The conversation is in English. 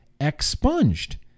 expunged